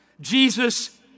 Jesus